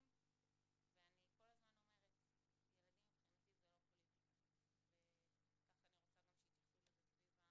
כי אם הכול זה מלמעלה אז למה אני צריכה לחסן?